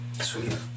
Sweet